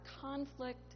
conflict